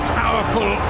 powerful